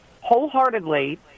wholeheartedly